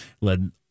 led